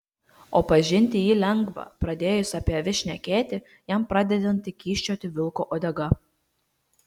o pažinti jį lengva pradėjus apie avis šnekėti jam pradedanti kyščioti vilko uodega